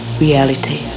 reality